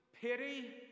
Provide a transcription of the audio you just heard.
Pity